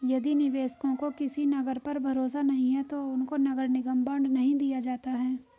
यदि निवेशकों को किसी नगर पर भरोसा नहीं है तो उनको नगर निगम बॉन्ड नहीं दिया जाता है